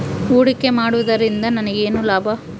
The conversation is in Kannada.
ಹೂಡಿಕೆ ಮಾಡುವುದರಿಂದ ನನಗೇನು ಲಾಭ?